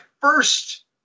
first